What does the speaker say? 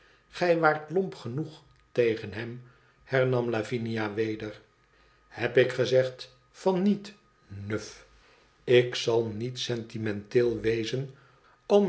gij waart lomp genoeg tegen hem hernam lavinia weder heb ik gezegd van niet nuf ik zal niet sentimenteel wezen om